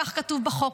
כך כתוב בחוק.